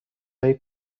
های